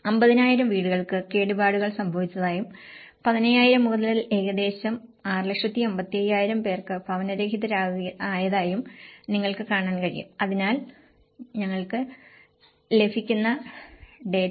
50000 വീടുകൾക്ക് കേടുപാടുകൾ സംഭവിച്ചതായും 15൦൦൦ മുതൽ ഏകദേശം 655000 പേർക്ക് ഭവനരഹിതരാകുന്നതായും നിങ്ങൾക്ക് കാണാൻ കഴിയും അതിനാൽ ഞങ്ങൾക്ക് ലഭിക്കുന്ന ഡാറ്റ